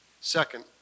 Second